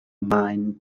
maen